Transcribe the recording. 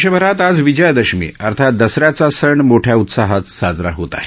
देशभरात आज विजयादशमी अर्थात दसऱ्याचा सण मोठ्या उत्साहात साजरा होत आहे